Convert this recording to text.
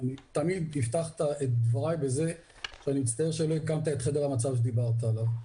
תמיד אפתח את דבריי בזה שאני מצטער שלא הקמת את חדר המצב שדיברת עליו.